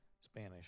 Spanish